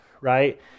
right